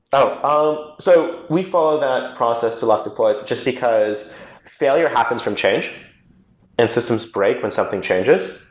ah ah so we follow that process to lock deploys, just because failure happens from change and systems break when something changes,